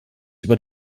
über